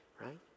right